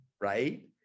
right